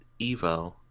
Evo